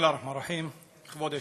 כבוד היושב-ראש,